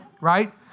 Right